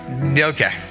okay